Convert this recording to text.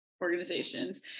organizations